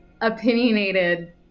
opinionated